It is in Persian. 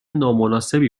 نامناسبی